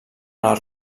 les